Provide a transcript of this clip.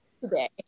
today